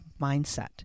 mindset